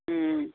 ம்